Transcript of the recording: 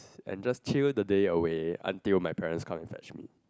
and just chill the day away until my parents come and fetch me